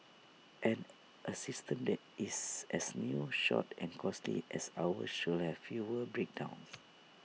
and A system that is as new short and costly as ours should have fewer breakdowns